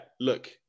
look